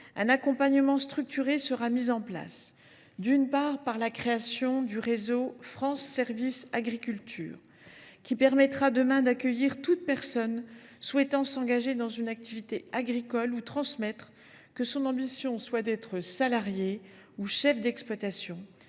Un accompagnement structuré sera mis en place, d’une part, par la création du réseau France Services agriculture, qui permettra demain d’accueillir toute personne souhaitant s’engager dans une activité agricole ou transmettre, que son ambition soit d’être salarié ou chef d’exploitation,